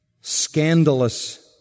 scandalous